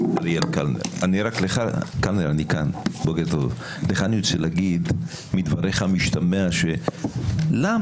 לך אני רוצה להגיד שמדבריך משתמע שלמה